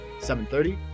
7.30